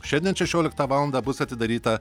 šiandien šešioliktą valandą bus atidaryta